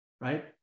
right